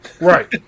Right